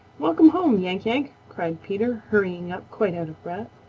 welcome home, yank-yank! cried peter, hurrying up quite out of breath.